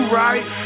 right